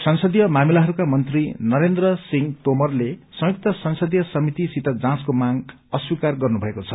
संसदीय मामिलाहरूका मन्त्री नरेन्द्र सिंह तोमरले संयुक्त संसदीय समितिसित जाँचको माग अस्वीकार गर्नुभएको छ